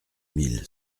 mille